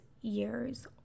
years